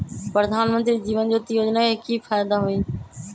प्रधानमंत्री जीवन ज्योति योजना के की फायदा हई?